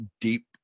deep